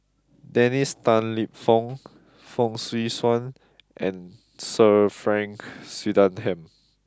Dennis Tan Lip Fong Fong Swee Suan and Sir Frank Swettenham